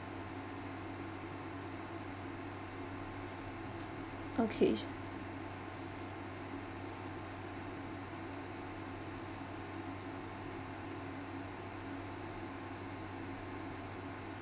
okay